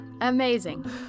Amazing